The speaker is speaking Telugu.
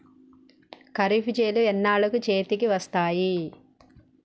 ఖరీఫ్ చేలు ఎన్నాళ్ళకు చేతికి వస్తాయి?